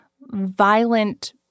violent